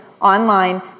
online